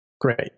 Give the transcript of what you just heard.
Great